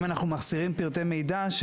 אם אנחנו מחסירים פרטי מידע,